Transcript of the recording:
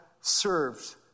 served